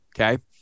okay